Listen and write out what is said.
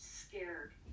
scared